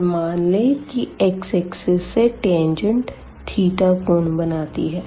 और मान लें की x एक्सिस से टेंजेंट थीटा कोण बनाती है